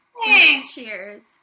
Cheers